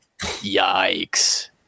Yikes